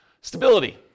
Stability